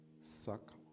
suck